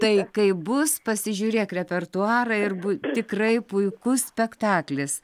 tai kai bus pasižiūrėk repertuarą ir bu tikrai puikus spektaklis